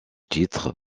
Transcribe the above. titre